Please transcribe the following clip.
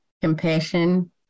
compassion